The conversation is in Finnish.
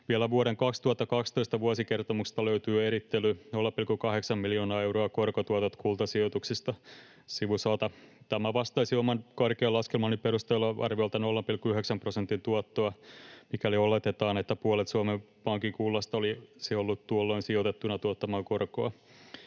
Vielä vuoden 2012 vuosikertomuksesta löytyy erittely: 0,8 miljoonaa euroa, korkotuotot kultasijoituksista, sivu 100. Tämä vastaisi oman karkean laskelmani perusteella arviolta 0,1 prosentin tuottoa, mikäli oletetaan, että puolet Suomen Pankin kullasta olisi tuolloin ollut "sijoitettuna" tuottamaan korkoa.